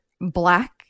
black